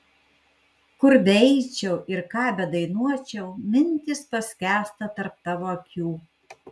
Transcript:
kur beeičiau ir ką bedainuočiau mintys paskęsta tarp tavo akių